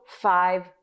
five